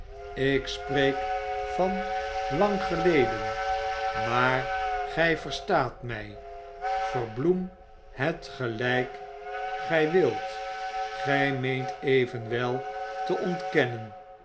ik spreek van lang geleden maar gij verstaat mij verbloem het gelijk gij wilt gij meent evenwel te ontkennen